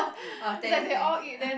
oh thanks thanks